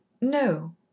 No